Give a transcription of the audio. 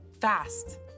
fast